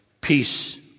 Peace